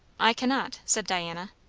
i cannot, said diana.